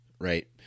Right